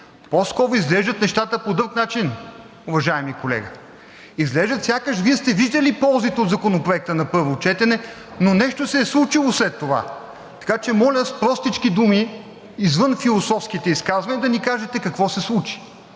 По-скоро изглеждат нещата по друг начин, уважаеми колега. Изглеждат сякаш Вие сте виждали ползите от Законопроекта на първо четене, но нещо се е случило след това. Така че, моля, с простички думи – извън философските изказвания, да ни кажете какво се случи.